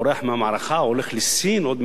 עוד מעט אולי תהיה מלחמה נגד אירן?